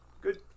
Good